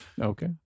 Okay